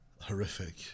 Horrific